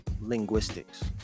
linguistics